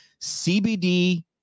CBD